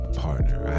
partner